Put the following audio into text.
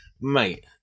Mate